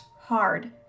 hard